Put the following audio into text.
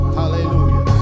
hallelujah